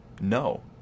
No